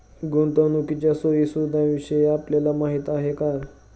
गुंतवणुकीच्या सोयी सुविधांविषयी आपल्याला माहिती आहे का?